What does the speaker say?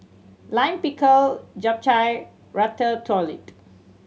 Lime Pickle Japchae Ratatouille